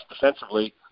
defensively